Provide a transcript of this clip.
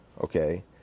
Okay